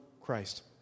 Christ